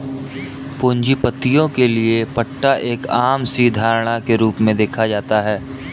पूंजीपतियों के लिये पट्टा एक आम सी धारणा के रूप में देखा जाता है